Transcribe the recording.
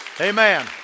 Amen